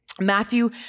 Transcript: matthew